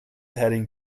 heading